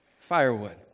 firewood